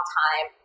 time